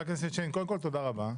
קודם כל תודה רבה.